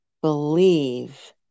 believe